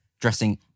dressing